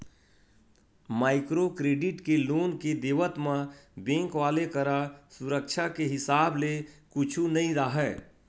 micro credit के loan के देवत म बेंक वाले करा सुरक्छा के हिसाब ले कुछु नइ राहय